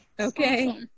Okay